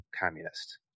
communist